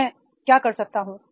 मैं क्या कर सकता हूं